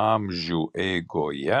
amžių eigoje